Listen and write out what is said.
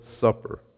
Supper